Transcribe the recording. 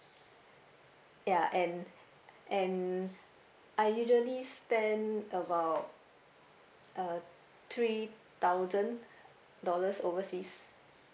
ya and and I usually spend about uh three thousand dollars overseas